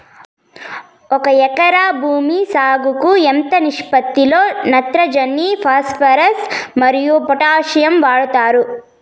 ఒక ఎకరా భూమి సాగుకు ఎంత నిష్పత్తి లో నత్రజని ఫాస్పరస్ మరియు పొటాషియం వాడుతారు